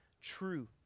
true